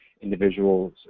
individuals